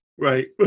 Right